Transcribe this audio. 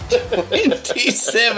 27